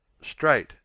Straight